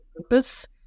purpose